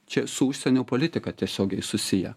čia su užsienio politika tiesiogiai susiję